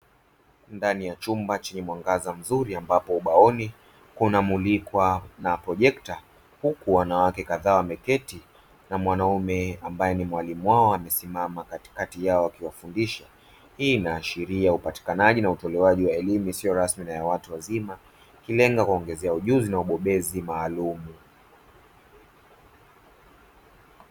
Ndani ya chumba chenye mwangaza mzuri, ambapo kwenye ubao kuna milikwa na projector, huku wanawake kadhaa wameketi na mwanaume ambaye ni mwalimu wao amesimama katikati yao akiwafundisha; hii inaashiria upatikanaji na utolewaji wa elimu isiyo rasmi kwa watu wazima, ikilenga kuongeza ujuzi na ubobezi maalumu.